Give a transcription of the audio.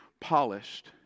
polished